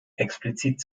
explizit